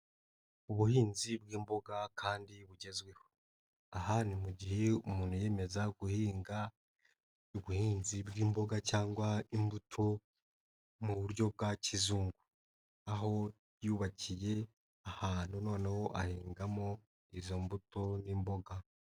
Ubuhinzi bw'imboga kandi bugezweho aha ni mu gihe umuntu yiyemeza guhinga ubuhinzi bw'imboga cyangwa imbuto mu buryo bwa kizungu aho yubakiye ahantu noneho ahingamo izo mbuto n'imboga.